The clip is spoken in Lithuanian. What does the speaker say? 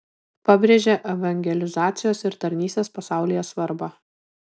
pabrėžia evangelizacijos ir tarnystės pasaulyje svarbą